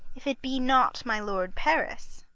if it be not my lord paris.